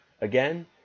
again